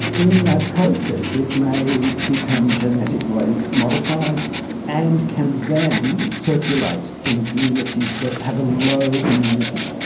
in that process it may become genetically modified and can then circulate in communities that have a low immunity.